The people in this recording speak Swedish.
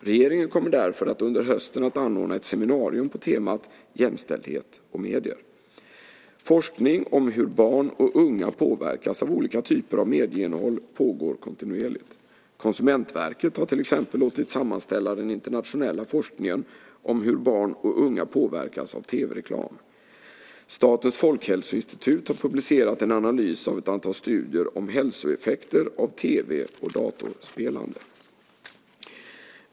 Regeringen kommer därför under hösten att anordna ett seminarium på temat jämställdhet och medier. Forskning om hur barn och unga påverkas av olika typer av medieinnehåll pågår kontinuerligt. Konsumentverket har till exempel låtit sammanställa den internationella forskningen om hur barn och unga påverkas av tv-reklam. Statens folkhälsoinstitut har publicerat en analys av ett antal studier om hälsoeffekter av tv och datorspelande.